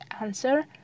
answer